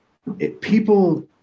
People